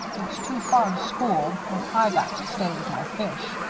it's too far to school and i got to stay with my fish.